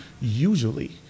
Usually